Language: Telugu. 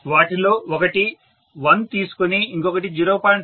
వాటిలో ఒకటి 1 తీసుకొని మరొకటి 0